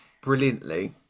brilliantly